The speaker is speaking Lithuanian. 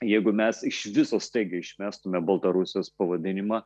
jeigu mes iš viso staigiai išmestume baltarusijos pavadinimą